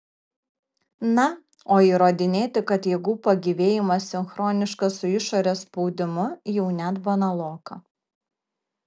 na o įrodinėti kad jėgų pagyvėjimas sinchroniškas su išorės spaudimu jau net banaloka